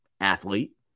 athlete